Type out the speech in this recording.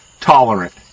Tolerant